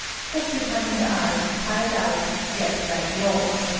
porcupine and i, tired out, slept like logs,